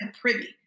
privy